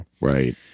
Right